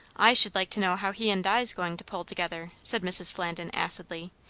i should like to know how he and di's goin' to pull together? said mrs. flandin acidly.